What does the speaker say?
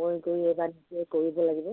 মই গৈ এইবাৰ নিজেই কৰিব লাগিব